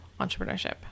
entrepreneurship